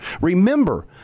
Remember